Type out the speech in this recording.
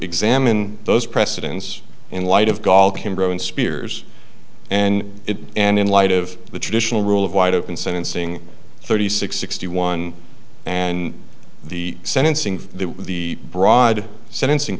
examine those precedence in light of golf spears and and in light of the traditional rule of wide open sentencing thirty six sixty one and the sentencing of the broad sentencing